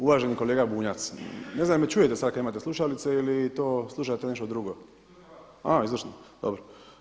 Uvaženi kolega Bunjac, ne znam je li čujete sada kada imate slušalice ili to slušate nešto drugo? … [[Upadica se ne čuje.]] A izvrsno, dobro.